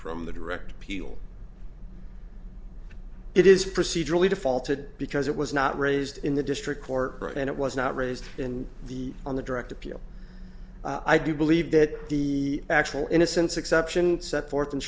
from the direct appeal it is procedurally defaulted because it was not raised in the district court and it was not raised in the on the direct appeal i do believe that the actual innocence exception set forth and